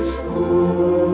School